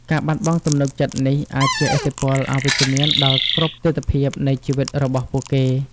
ការបាត់បង់ទំនុកចិត្តនេះអាចជះឥទ្ធិពលអវិជ្ជមានដល់គ្រប់ទិដ្ឋភាពនៃជីវិតរបស់ពួកគេ។